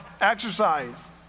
exercise